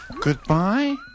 Goodbye